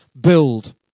build